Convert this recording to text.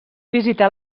visitar